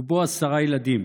ובו עשרה ילדים.